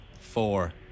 Four